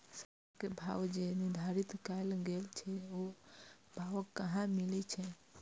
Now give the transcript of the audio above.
सरकार के भाव जे निर्धारित कायल गेल छै ओ भाव कहाँ मिले छै?